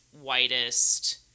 whitest